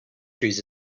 trees